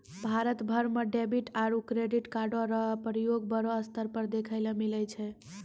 भारत भर म डेबिट आरू क्रेडिट कार्डो र प्रयोग बड़ो स्तर पर देखय ल मिलै छै